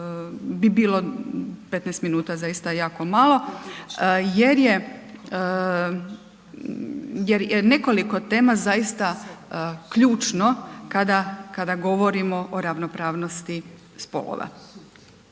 bi bilo, 15 minuta zaista je jako malo, jer je nekoliko tema zaista ključno kada govorimo o ravnopravnosti spolova.